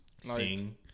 Sing